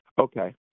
Okay